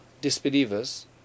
disbelievers